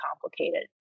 complicated